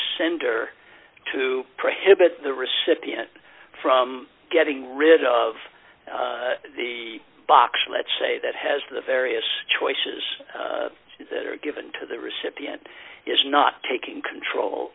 sender to prohibit the recipient from getting rid of the box let's say that has the various choices that are given to the recipient is not taking control